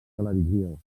televisió